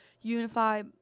unify